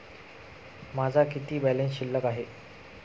माझा किती बॅलन्स शिल्लक आहे?